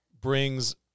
brings